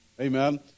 Amen